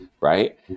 Right